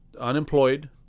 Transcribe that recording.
unemployed